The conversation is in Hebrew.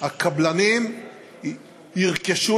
הקבלנים ירכשו,